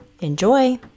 Enjoy